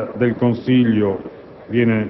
La Presidenza del Consiglio viene